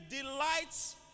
delights